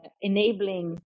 enabling